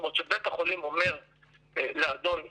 זאת אומרת, שבית החולים אומר לאדון איקס,